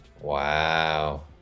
Wow